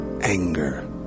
Anger